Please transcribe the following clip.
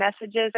messages